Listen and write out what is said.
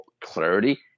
clarity